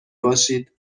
باشید